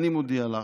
אני מודיע לך,